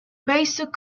basic